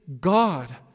God